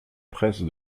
presse